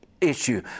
issue